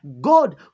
God